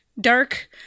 dark